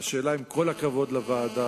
אבל עם כל הכבוד לוועדה,